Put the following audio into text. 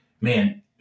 man